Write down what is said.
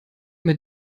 mit